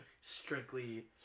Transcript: strictly